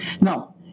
Now